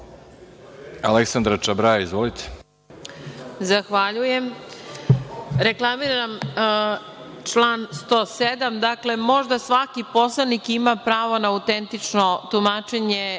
Aleksandra Čabraja. **Aleksandra Čabraja** Reklamiram član 107. Dakle, možda svaki poslanik ima pravo na autentično tumačenje